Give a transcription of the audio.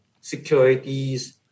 securities